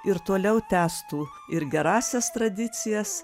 ir toliau tęstų ir gerąsias tradicijas